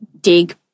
dig